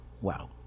wow